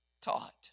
taught